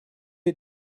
est